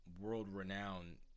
world-renowned